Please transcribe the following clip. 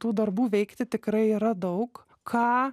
tų darbų veikti tikrai yra daug ką